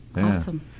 Awesome